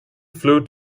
flew